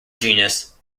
genus